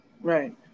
Right